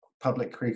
Public